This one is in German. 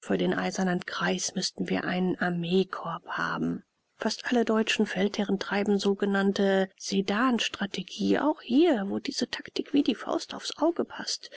für den eisernen kreis müßten wir ein armeekorps haben fast alle deutschen feldherren treiben sogenannte sedanstrategie auch hier wo diese taktik wie die faust aufs auge paßt